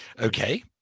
Okay